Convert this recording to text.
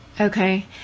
Okay